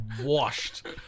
washed